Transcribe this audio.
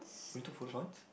we took photos once